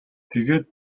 тэгээд